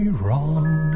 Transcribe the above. wrong